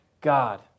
God